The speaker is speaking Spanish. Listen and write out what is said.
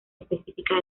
específicas